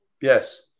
Yes